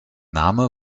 name